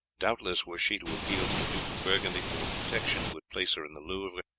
doubtless were she to appeal to the duke of burgundy for protection he would place her in the louvre,